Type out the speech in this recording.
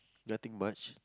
nothing much